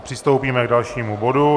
Přistoupíme k dalšímu bodu.